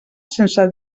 sense